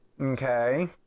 okay